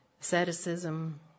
asceticism